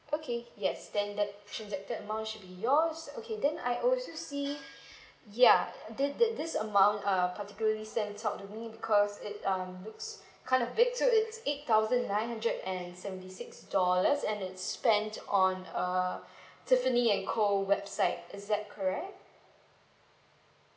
okay yes then the actually the transacted amount should be yours okay then I also see ya this this amount uh particularly sense odd to me because it um looks kind of big so it's eight thousand nine hundred and seventy six dollars and it spent on uh tiffany and co website is that correct